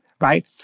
right